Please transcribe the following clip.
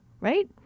right